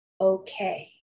okay